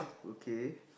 okay